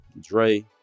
Dre